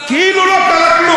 לא קרה כלום.